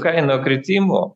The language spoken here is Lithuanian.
kainų kritimo